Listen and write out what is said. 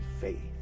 faith